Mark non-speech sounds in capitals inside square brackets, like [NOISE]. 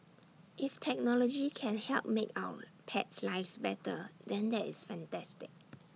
[NOISE] if technology can help make our pets lives better than that is fantastic [NOISE]